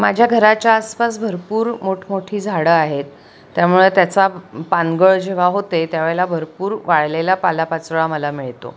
माझ्या घराच्या आसपास भरपूर मोठमोठी झाडं आहेत त्यामुळे त्याचा पानगळ जेव्हा होते त्या वेळेला भरपूर वाळलेला पालापाचोळा मला मिळतो